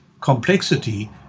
complexity